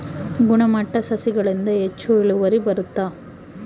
ಗುಣಮಟ್ಟ ಸಸಿಗಳಿಂದ ಹೆಚ್ಚು ಇಳುವರಿ ಬರುತ್ತಾ?